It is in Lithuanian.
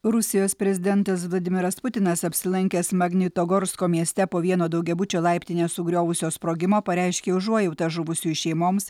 rusijos prezidentas vladimiras putinas apsilankęs magnitogorsko mieste po vieno daugiabučio laiptinę sugriovusio sprogimo pareiškė užuojautą žuvusiųjų šeimoms